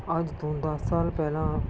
ਅੱਜ ਤੋਂ ਦਸ ਸਾਲ ਪਹਿਲਾਂ